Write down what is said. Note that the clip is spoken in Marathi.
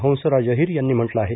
इंसराज अहीर यांनी म्हटलं आहे